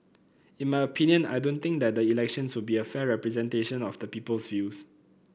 in my opinion I don't think that the elections will be a fair representation of the people's views